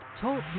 talk